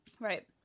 Right